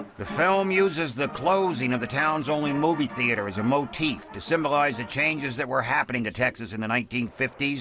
the film uses the closing of the town's only movie theatre as a motif to symbolise the changes that were happening to texas in the nineteen fifty s.